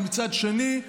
ומצד שני,